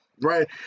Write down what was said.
right